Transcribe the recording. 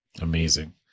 Amazing